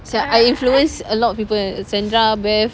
so I influence a lot of people sandra beth